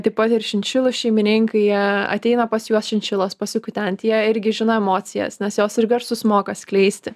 taip pat ir šinšilų šeimininkai jie ateina pas juos šinšilos pasikutent jie irgi žino emocijas nes jos ir garsus moka skleisti